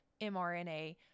mRNA